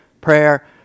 prayer